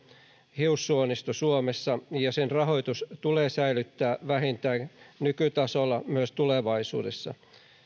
hiussuonisto suomessa ja niiden rahoitus tulee säilyttää vähintään nykytasolla myös tulevaisuudessa